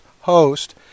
host